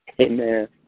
Amen